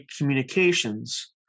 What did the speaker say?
communications